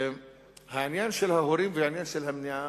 העניין של ההורים והעניין של המניעה,